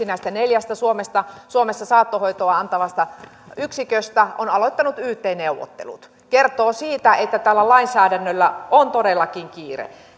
näistä neljästä suomessa saattohoitoa antavasta yksiköstä on aloittanut yt neuvottelut se kertoo siitä että tällä lainsäädännöllä on todellakin kiire